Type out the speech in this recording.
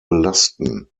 belasten